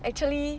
actually